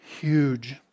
huge